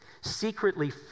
secretly